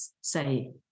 say